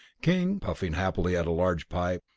king, puffing happily at a large pipe,